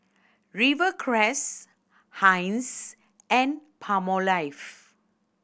Rivercrest Heinz and Palmolive